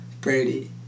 Brady